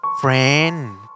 friend